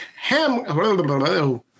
Ham